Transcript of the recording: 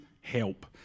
help